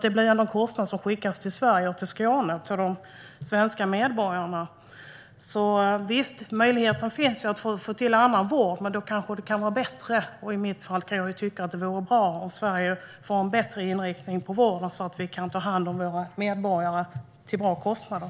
Det blir en kostnad som skickas till Sverige och till Skåne - till de svenska medborgarna. Visst, möjligheten finns att få tillgång till annan vård, men det vore kanske bättre - och jag kan tycka att det vore bra - om Sverige fick en bättre inriktning på vården så att vi kan ta hand om våra medborgare till bra kostnader.